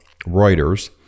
Reuters